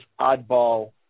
oddball